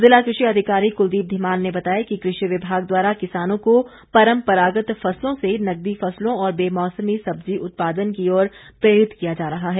जिला कृषि अधिकारी कुलदीप धीमान ने बताया कि कृषि विभाग द्वारा किसानों को परम्परागत फसलों से नकदी फसलों और बेमौसमी सब्जी उत्पादन की ओर प्रेरित किया जा रहा है